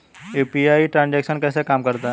UPI transaction कैसे काम करता है?